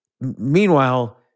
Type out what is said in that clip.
meanwhile